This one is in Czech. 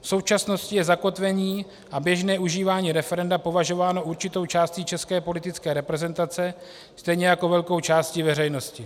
V současnosti je zakotvení a běžné užívání referenda považováno určitou částí české politické reprezentace, stejně jako velkou částí veřejnosti.